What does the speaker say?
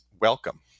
welcome